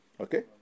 Okay